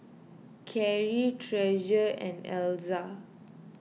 Carry Treasure and Elza